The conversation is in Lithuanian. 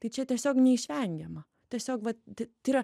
tai čia tiesiog neišvengiama tiesiog vat tai tai yra